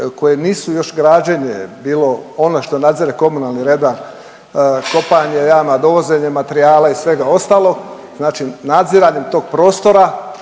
koje nisu još građenje bilo ono što nadzire komunalni redar, kopanje jama, dovozenje materijala i svega ostalog, znači nadziranjem tog prostora